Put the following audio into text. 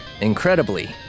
Incredibly